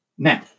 Now